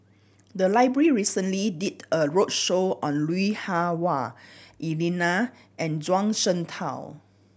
the library recently did a roadshow on Lui Hah Wah Elena and Zhuang Shengtao